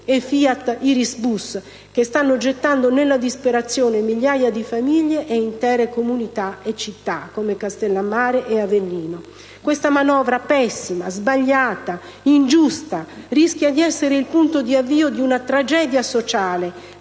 e Fiat Irisbus, che stanno gettando nella disperazione migliaia di famiglie, intere comunità e città, come Castellammare e Avellino. Questa manovra pessima, sbagliata, ingiusta rischia di essere il punto di avvio di una tragedia sociale,